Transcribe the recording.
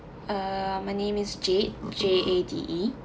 uh my name is jade J A D E